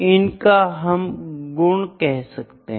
इनको हम गुण कह सकते है